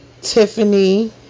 Tiffany